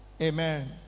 amen